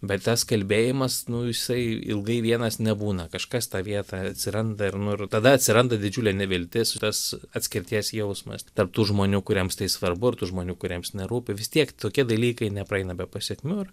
bet tas kalbėjimas nu jisai ilgai vienas nebūna kažkas tą vietą atsiranda ir nu ir tada atsiranda didžiulė neviltis tas atskirties jausmas tarp tų žmonių kuriems tai svarbu ir tų žmonių kuriems nerūpi vis tiek tokie dalykai nepraeina be pasekmių ir